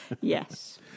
Yes